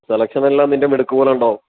സെലക്ഷനെല്ലാം നിൻ്റെ മിടുക്ക് പോലെയുണ്ടാവും